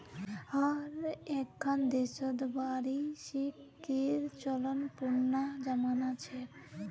हर एक्खन देशत वार्षिकीर चलन पुनना जमाना छेक